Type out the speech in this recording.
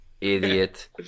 Idiot